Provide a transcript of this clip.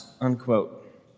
unquote